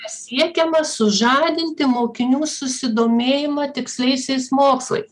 siekiama sužadinti mokinių susidomėjimą tiksliaisiais mokslais